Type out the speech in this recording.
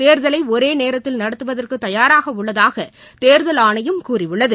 தேர்தலை ஒரே நேரத்தில் நடத்துவதற்கு தயாராக உள்ளதாக தேர்தல் ஆனையம் கூறியுள்ளது